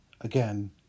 Again